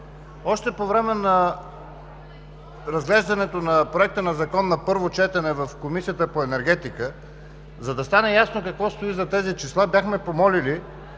Още по време на разглеждането на Проектозакона на първо четене в Комисията по енергетика, за да стане ясно какво стои зад тези числа, бяхме помолили